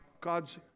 God's